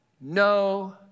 no